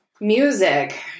Music